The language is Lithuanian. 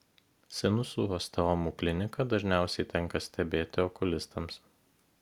sinusų osteomų kliniką dažniausiai tenka stebėti okulistams